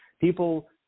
People